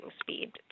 speed